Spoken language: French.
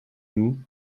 nous